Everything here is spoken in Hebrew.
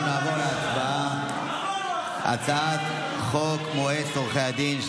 אנחנו נעבור להצבעה על הצעת חוק מועצת עורכי הדין,